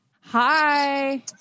Hi